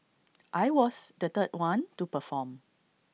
I was the third one to perform